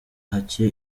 hake